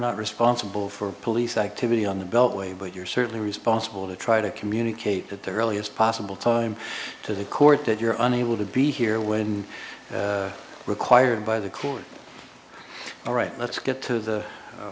not responsible for police activity on the beltway but you're certainly responsible to try to communicate at the earliest possible time to the court that you're unable to be here when required by the court all right let's get to the